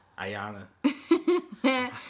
Ayana